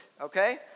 okay